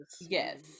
Yes